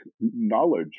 knowledge